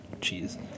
cheese